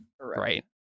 right